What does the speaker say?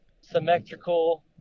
symmetrical